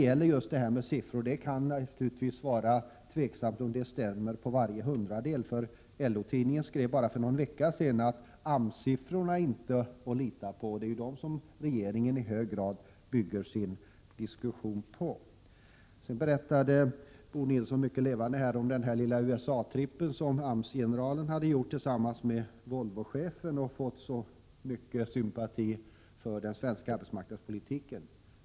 Det kan naturligtvis vara tveksamt om siffrorna stämmer på varje hundradel. LO-tidningen skrev för bara någon vecka sedan att AMS-siffrorna inte är att lita på, men det är ju dem som regeringen i hög grad bygger sin diskussion på. Bo Nilsson berättade mycket levande här i talarstolen om den lilla USA-tripp som AMS-generalen hade gjort tillsammans med Volvochefen, då han fått så mycket sympati för den svenska arbetsmarknadspolitiken.